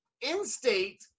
in-state